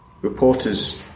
reporters